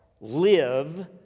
live